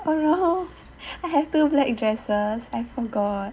oh ya hor I have two black dresses I forgot